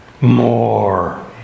more